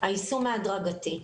היישום ההדרגתי.